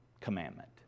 commandment